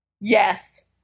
Yes